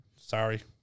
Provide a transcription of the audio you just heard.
Sorry